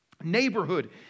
neighborhood